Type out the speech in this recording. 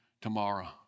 tomorrow